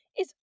is